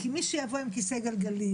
כי מי שיבוא עם כיסא גלגלים,